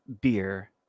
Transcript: beer